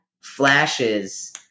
flashes